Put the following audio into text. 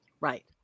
Right